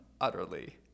utterly